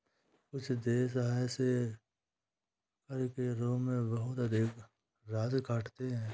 कुछ देश आय से कर के रूप में बहुत अधिक राशि काटते हैं